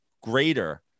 greater